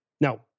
Now